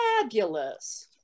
fabulous